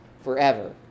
forever